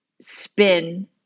spin